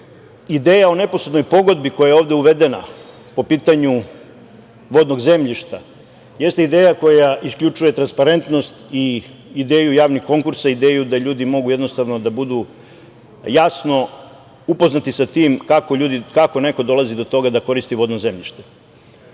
ideja o neposrednoj pogodbi koja je ovde uvedena po pitanju vodnog zemljišta jeste ideja koja isključuje transparentnost i ideju javnih konkursa, ideju da ljudi mogu, jednostavno, da budu jasno upoznati sa tim kako neko dolazi do toga da koristi vodno zemljište. Ta